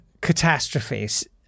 catastrophes